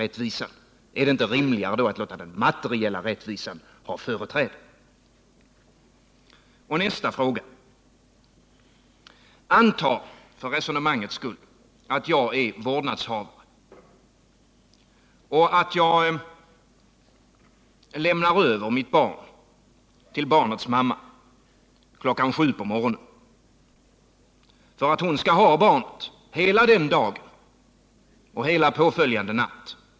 Är det inte rimligare att låta den materiella rättvisan ha företräde? Nästa fråga. Antag, för resonemangets skull, att jag är vårdnadshavare och att jag lämnar över mitt barn till barnets mamma kl. 7 på morgonen för att hon skall ha barnet hela den dagen och hela påföljande natt.